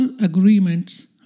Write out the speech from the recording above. agreements